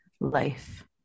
life